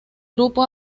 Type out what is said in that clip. grupo